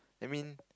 I mean